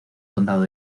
condado